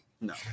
No